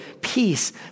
peace